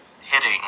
Hitting